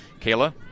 Kayla